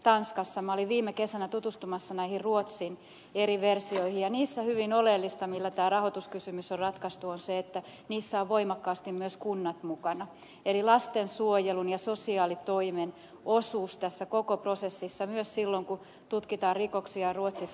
olin viime kesänä tutustumassa näihin ruotsin eri versioihin ja niissä hyvin oleellista millä tämä rahoituskysymys on ratkaistu on se että niissä ovat voimakkaasti myös kunnat mukana eli lastensuojelun ja sosiaalitoimen osuus tässä koko prosessissa myös silloin kun tutkitaan rikoksia ruotsissa